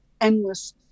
endless